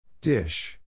Dish